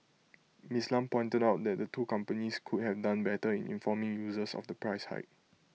Ms Lam pointed out that the two companies could have done better in informing users of the price hike